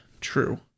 true